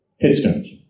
headstones